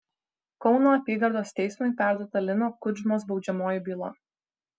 kauno apygardos teismui perduota lino kudžmos baudžiamoji byla